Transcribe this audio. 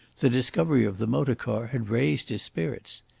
the discovery of the motor-car had raised his spirits.